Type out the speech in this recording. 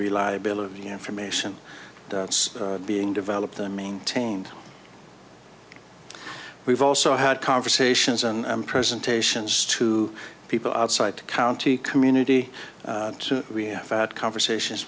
reliability information that's being developed and maintained we've also had conversations and presentations to people outside the county community so we have had conversations